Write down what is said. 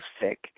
sick